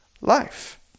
life